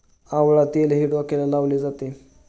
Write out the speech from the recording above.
आवळा तेलही डोक्याला लावले जाते